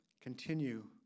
continue